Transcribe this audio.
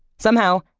somehow,